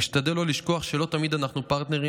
אשתדל לא לשכוח שלא תמיד אנחנו פרטנרים.